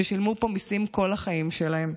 ששילמו פה מיסים כל החיים שלהם.